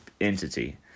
entity